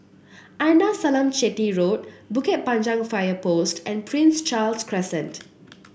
Arnasalam Chetty Road Bukit Panjang Fire Post and Prince Charles Crescent